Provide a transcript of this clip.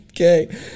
Okay